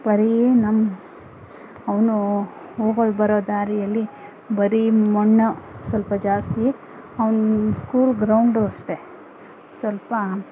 ಬರೀ ನಂ ಅವನು ಹೋಗೋ ಬರೋ ದಾರಿಯಲ್ಲಿ ಬರೀ ಮಣ್ಣು ಸ್ವಲ್ಪ ಜಾಸ್ತಿ ಅವ್ನ ಸ್ಕೂಲ್ ಗ್ರೌಂಡೂ ಅಷ್ಟೆ ಸ್ವಲ್ಪ